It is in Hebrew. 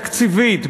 תקציבית,